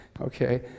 Okay